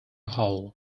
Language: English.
hall